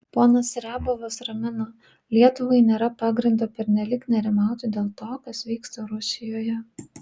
ponas riabovas ramina lietuvai nėra pagrindo pernelyg nerimauti dėl to kas vyksta rusijoje